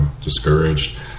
discouraged